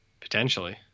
Potentially